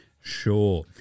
Sure